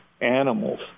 animals